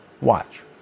Watch